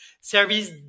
service